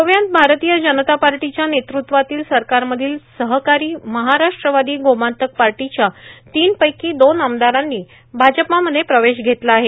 गोव्यात भारतीय जनता पार्टीच्या नेत्रत्वातील सरकारमधील सहकारी महाराष्ट्रवादी गोमांतक पार्टीच्या तीनपैकी दोन आमदारांनी भाजपामध्ये प्रवेश घेतला आहे